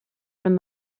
from